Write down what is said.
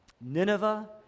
Nineveh